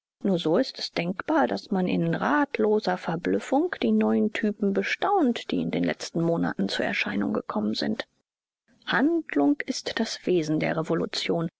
so ist es denkbar daß man in ratloser verblüffung die neuen typen bestaunt die in den letzten monaten zur erscheinung gekommen sind handlung ist das wesen der revolution